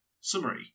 Summary